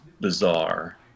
bizarre